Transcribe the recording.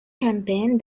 campaign